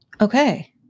Okay